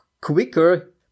quicker